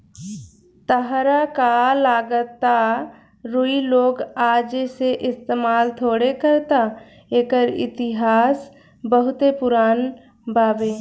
ताहरा का लागता रुई लोग आजे से इस्तमाल थोड़े करता एकर इतिहास बहुते पुरान बावे